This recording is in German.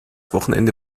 wochenende